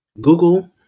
Google